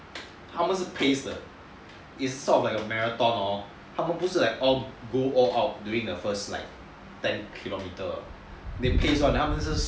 他们是 pace 的 it's sort of like a marathon hor 他们不是 like go all out during the first like ten kilometres they pace [one] 他们是